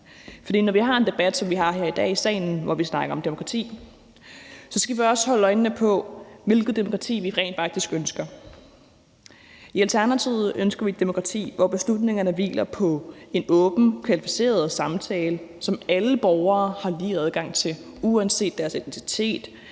som den, vi har her i dag i salen, hvor vi snakker om demokrati, skal vi også holde øjnene rettet mod, hvilket demokrati vi rent faktisk ønsker. I Alternativet ønsker vi et demokrati, hvor beslutningerne hviler på en åben, kvalificeret samtale, som alle borgere har lige adgang til uanset deres etnicitet,